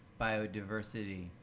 biodiversity